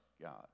God